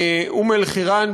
באום-אלחיראן,